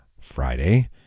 Friday